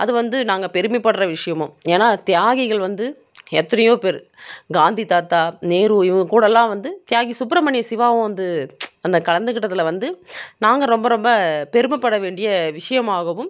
அது வந்து நாங்க பெருமைப்படுகிற விஷயமும் ஏனால் தியாகிகள் வந்து எத்தனையோ பேர் காந்தி தாத்தா நேரு இவங்க கூடலாம் வந்து தியாகி சுப்ரமணிய சிவாவும் வந்து அந்த கலந்துக்கிட்டதில் வந்து நாங்கள் ரொம்ப ரொம்ப பெருமைப்பட வேண்டிய விஷயமாகவும்